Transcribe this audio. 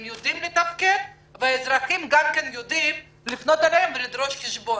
הם יודעים לתפקד והאזרחים יודעים לפנות אליהם ולדרוש חשבון.